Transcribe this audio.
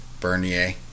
Bernier